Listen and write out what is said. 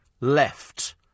left